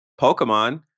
Pokemon